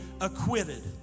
acquitted